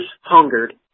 hungered